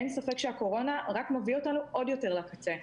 אין ספק שהקורונה רק מביאה אותנו עוד יותר לקצה.